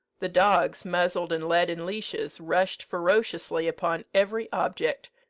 the dogs, muzzled and led in leashes, rushed ferociously upon every object,